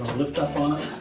lift up on it.